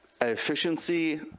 efficiency